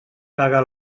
caga